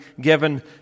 given